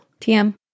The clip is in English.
TM